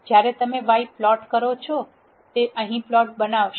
જ્યારે તમે y plot કરો છો તે અહીં આ પ્લોટ બનાવશે